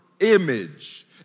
image